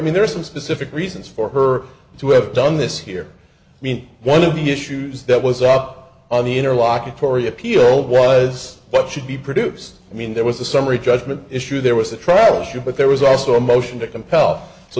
mean there are some specific reasons for her to have done this here i mean one of the issues that was up on the interlocutory appeal was what should be produced i mean there was a summary judgment issue there was a travel issue but there was also a motion to compel so